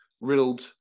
riddled